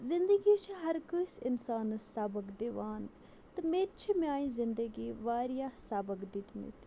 زِندگی چھِ ہرکٲنٛسہِ اِنسانَس سبق دِوان تہٕ مےٚ تہِ چھِ میٛانہِ زِندگی واریاہ سبق دِتۍمٕتۍ